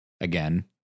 again